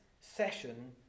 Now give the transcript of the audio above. session